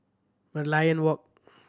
Merlion Walk